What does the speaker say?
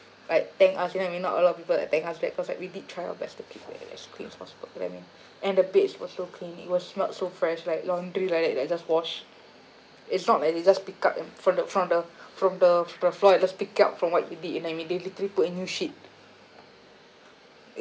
like thank us you know what I mean not a lot of people will thank us back cause like we did try our best to keep it as clean as possible you know what I mean and the beds was so clean it was smelled so fresh like laundry like that like just washed it's not like they just pick up and from the from the from the from the floor they just pick up from what you did you know what I mean they literally put a new sheet